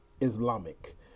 Islamic